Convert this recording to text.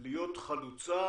להיות חלוצה,